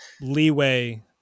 leeway